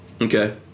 Okay